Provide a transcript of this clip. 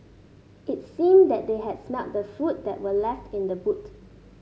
it seemed that they had smelt the food that were left in the boot